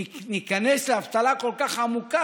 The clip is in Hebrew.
ושניכנס לאבטלה כל כך עמוקה,